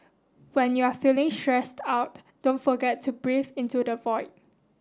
when you are feeling stressed out don't forget to breathe into the void